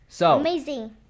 Amazing